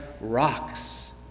rocks